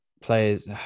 players